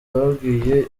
babwiwe